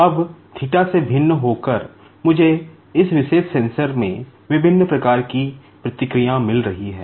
अब से भिन्न होकर इसलिए मुझे इस विशेष सेंसर में विभिन्न प्रकार की प्रतिक्रियाएं मिल रही हैं